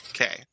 okay